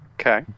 Okay